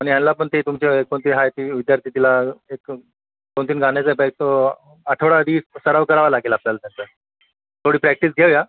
पण याला पण ते तुमचे कोणते आहेत ते विद्यार्थी तिला एक दोनतीन गाण्याचा आठवडा आधी सराव करावा लागेल आपल्याला त्यांचा थोडी प्रॅक्टिस घेऊ या